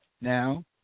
now